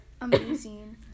amazing